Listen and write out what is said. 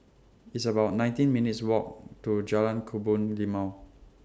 It's about nineteen minutes' Walk to Jalan Kebun Limau